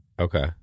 Okay